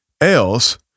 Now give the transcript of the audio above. else